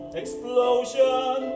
explosion